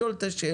לשאול את השאלות,